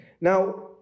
Now